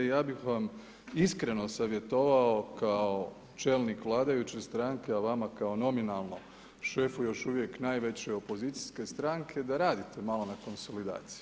I ja bih vam iskreno savjetovao kao čelnik vladajuće stranke a vama kao nominalnom šefu još uvijek najveće opozicijske stranke da radite malo na konsolidaciji.